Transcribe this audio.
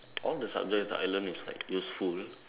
all the subjects that I learn is like useful